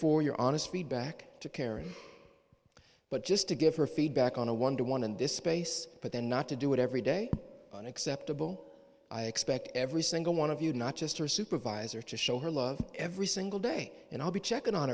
for your honest feedback to carry but just to give her feedback on a one to one in this space but then not to do it every day unacceptable i expect every single one of you not just her supervisor to show her love every single day and i'll be checking on